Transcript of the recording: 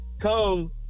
come